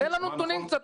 תן לנו נתונים קצת,